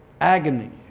agony